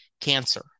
cancer